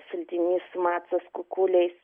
sultinys su macos kukuliais